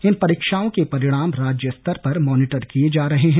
इन परीक्षाओं के परिणाम राज्य स्तर पर मॉनिटर किए जा रहे हैं